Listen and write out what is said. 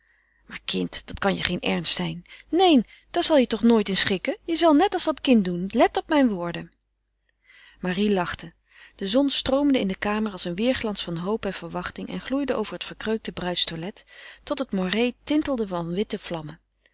maar kind dat kan je geen ernst zijn neen daar zal je je toch nooit in schikken je zal net als dat kind doen let op mijn woorden marie lachte de zon stroomde in de kamer als een weêrglans van hoop en verwachting en gloeide over het verkreukte bruidstoilet tot het moiré tintelde van witte vlammen